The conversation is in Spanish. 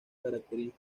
caracteriza